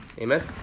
Amen